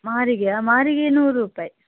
ಮಾರಿಗೆಯ ಮಾರಿಗೆ ನೂರು ರೂಪಾಯಿ